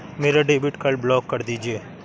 मेरा debit card block कर दीजिए